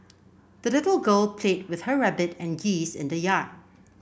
the little girl played with her rabbit and geese in the yard